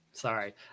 Sorry